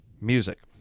music